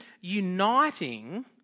uniting